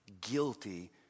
guilty